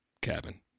cabin